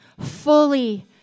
fully